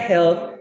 Health